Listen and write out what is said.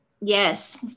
Yes